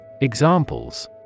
Examples